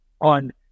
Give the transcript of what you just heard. on